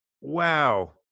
wow